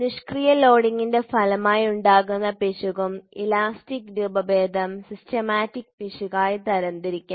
നിഷ്ക്രിയ ലോഡിംഗിന്റെ ഫലമായുണ്ടാകുന്ന പിശകും ഇലാസ്റ്റിക് രൂപഭേദം സിസ്റ്റമാറ്റിക് പിശകായി തരംതിരിക്കാം